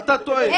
אתה טועה.